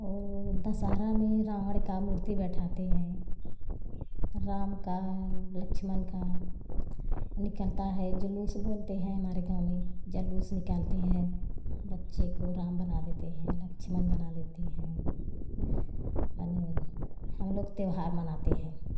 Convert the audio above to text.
और वो दशहरा में रावण का मूर्ति बैठाते हैं राम का लक्षमण का निकलता है जुलूस बोलते हैं हमारे गाँव में जलूस निकालते हैं बच्चे को राम बना देते हैं लक्षमण बना देते हैं हम लोग त्योहार मनाते हैं